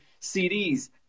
CDs